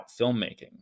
filmmaking